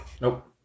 Nope